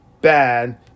bad